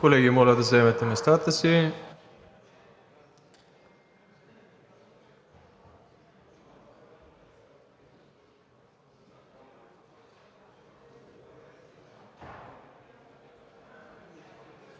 Колеги, моля да заемете местата си,